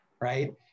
right